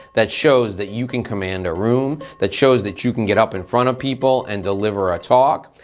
that shows that you can command a room, that shows that you can get up in front of people and deliver a talk.